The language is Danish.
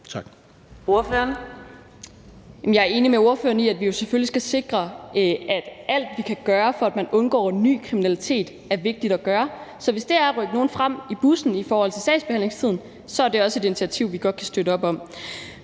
Jeg er enig med ordføreren i, at vi jo selvfølgelig skal sikre, at vi gør alt, hvad vi kan, for at man undgår ny kriminalitet. Det er vigtigt at gøre. Så hvis det er at rykke nogen frem i bussen i forhold til sagsbehandlingstiden, er det også et initiativ, vi godt kan støtte op om.